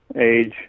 age